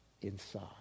inside